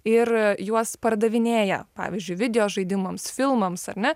ir juos pardavinėja pavyzdžiui video žaidimams filmams ar ne